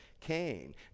Cain